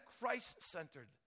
Christ-centered